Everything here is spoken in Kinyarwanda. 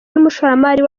n’umushoramari